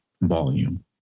volume